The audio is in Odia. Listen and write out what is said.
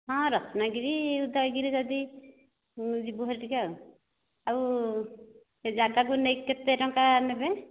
ହଁ ରତ୍ନଗିରି ଉଦୟଗିରି ଯଦି ଯିବୁ ହେରି ଟିକିଏ ଆଉ ଆଉ ସେ ଜାଗାକୁ ନେଇକି କେତେ ଟଙ୍କା ନେବେ